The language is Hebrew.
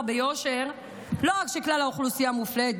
ביושר שלא רק כלל האוכלוסייה מופלית,